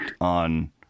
on